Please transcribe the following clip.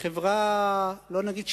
מחברה לא נגיד שוויונית,